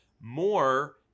more